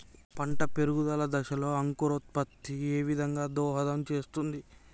పంట పెరుగుదల దశలో అంకురోత్ఫత్తి ఏ విధంగా దోహదం చేస్తుంది?